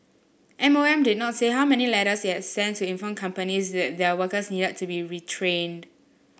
M O M did not say how many letters it had sent to inform companies that their workers needed to be retrained